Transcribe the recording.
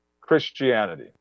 Christianity